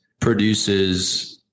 produces